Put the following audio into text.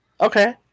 Okay